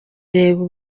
reba